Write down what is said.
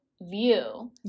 view